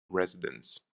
residence